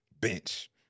Bench